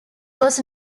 was